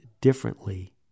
differently